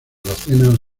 docenas